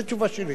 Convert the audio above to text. זו תשובה שלי.